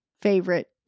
favorite